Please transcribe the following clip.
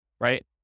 right